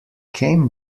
came